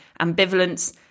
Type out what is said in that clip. Ambivalence